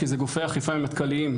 כי זה גופי אכיפה מטכ"ליים,